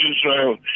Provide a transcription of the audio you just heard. israel